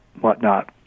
whatnot